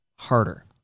harder